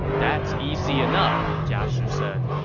that's easy enough, jia xu said.